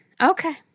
Okay